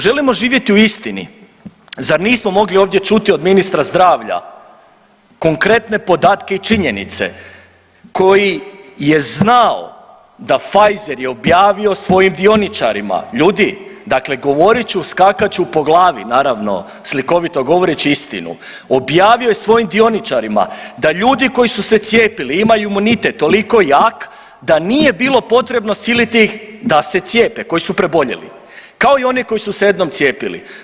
Želimo živjeti u istini, zar nismo mogli ovdje čuti od ministra zdravlja konkretne podatke i činjenice koji je znao da Pfizer je objavio svojim dioničarima, ljudi dakle govorit ću, skakat ću po glavi naravno, slikovito govoreći istinu, objavio je svojim dioničarima da ljudi koji su se cijepili, imaju imunitet toliko jak da nije bilo potrebno siliti ih da se cijepe, koji su preboljeli, kao i oni koji su se jednom cijepili.